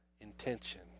intention